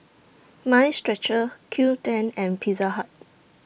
Mind Stretcher Qoo ten and Pizza Hut